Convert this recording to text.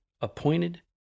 appointed